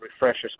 refreshers